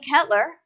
Kettler